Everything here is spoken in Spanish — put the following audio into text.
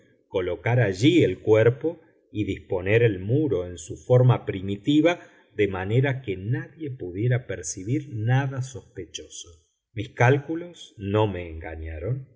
colocar allí el cuerpo y disponer el muro en su forma primitiva de manera que nadie pudiera percibir nada sospechoso mis cálculos no me engañaron